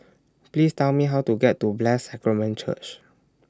Please Tell Me How to get to Blessed Sacrament Church